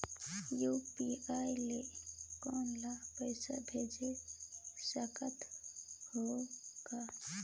UPI ले कोनो ला पइसा भेज सकत हों का?